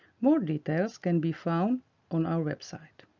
more details can be found on our website.